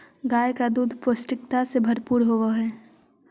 गाय का दूध पौष्टिकता से भरपूर होवअ हई